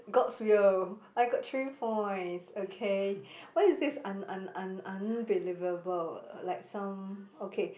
god's will I got three points okay why it says un~ un~ un~ unbelievable like some okay